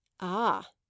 Ah